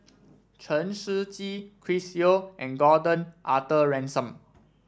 Chen Shiji Chris Yeo and Gordon Arthur Ransome